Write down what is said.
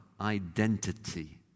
identity